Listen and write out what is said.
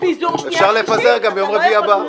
אפשר לפזר גם ביום רביעי הבא.